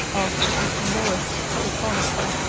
asked mr. morris laconically.